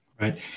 Right